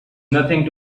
nothing